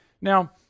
Now